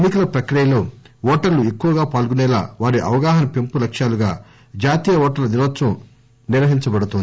ఎన్నికల ప్రక్రియలో ఓటర్లు ఎక్కువగా పాల్గొసేలా వారి అవగాహన పెంపు లక్ష్యాలుగా జాతీయ ఓటర్ల దినోత్పవం నిర్వహించబడుతోంది